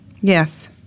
Yes